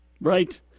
right